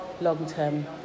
long-term